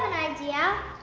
idea.